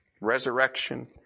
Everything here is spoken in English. Resurrection